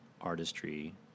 artistry